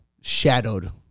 shadowed